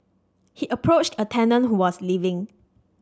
he approached a tenant who was leaving